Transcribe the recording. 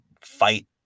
fight